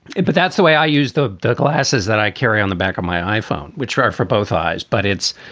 but that's the way i use the the glasses that i carry on the back of my iphone, which right for both eyes. but it's,